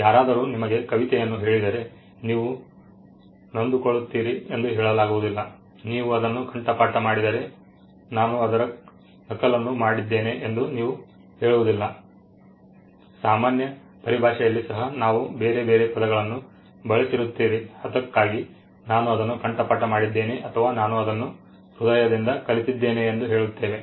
ಯಾರಾದರೂ ನಿಮಗೆ ಕವಿತೆಯನ್ನು ಹೇಳಿದರೆ ನೀವು ನೊಂದುಕೊಳ್ಳುತ್ತೀರಿ ಎಂದು ಹೇಳಲಾಗುವುದಿಲ್ಲ ನೀವು ಅದನ್ನು ಕಂಠಪಾಠ ಮಾಡಿದರೆ ನಾನು ಅದರ ನಕಲನ್ನು ಮಾಡಿದ್ದೇನೆ ಎಂದು ನೀವು ಹೇಳುವುದಿಲ್ಲ ಸಾಮಾನ್ಯ ಪರಿಭಾಷೆಯಲ್ಲಿ ಸಹ ನಾವು ಬೇರೆ ಬೇರೆ ಪದಗಳನ್ನು ಬಳಸಿರುತ್ತೀರಿ ಅದಕ್ಕಾಗಿ ನಾನು ಅದನ್ನು ಕಂಠಪಾಠ ಮಾಡಿದ್ದೇನೆ ಅಥವಾ ನಾನು ಅದನ್ನು ಹೃದಯದಿಂದ ಕಲಿತಿದ್ದೇನೆ ಎಂದು ಹೇಳುತ್ತೇವೆ